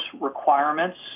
requirements